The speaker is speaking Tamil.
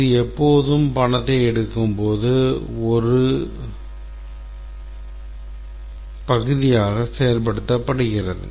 இது எப்போதும் பணத்தை எடுக்கும்போது ஒரு பகுதியாக செயல்படுத்தப்படுகிறது